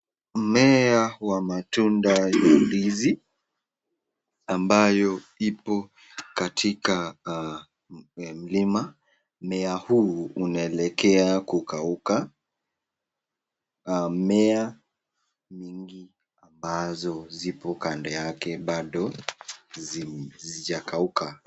Mmea wa matunda ya ndizi ambayo ipo katika mlima. Mmea huu unaelekea kukauaka ,mmea mingi ambazo ziko kando yake bado zijakauka.